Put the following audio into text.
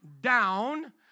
down